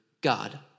God